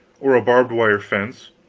or a barbed-wire fence,